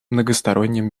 многостороннем